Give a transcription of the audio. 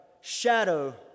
shadow